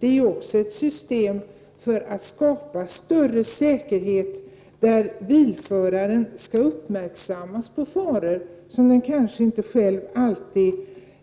Det är också ett system som syftar till att skapa större säkerhet i och med att bilföraren uppmärksammas på faror som han kanske inte alltid